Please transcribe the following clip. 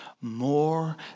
More